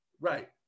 right